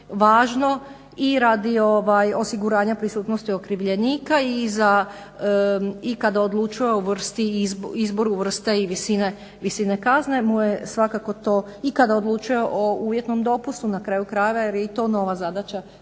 važno i radi osiguranja prisutnosti okrivljenika i kada odlučuje o vrsti, izboru vrsta i visine kazne mu je svakako to, i kada odlučuje o uvjetnom dopustu na kraju krajeva jer je i to nova zadaća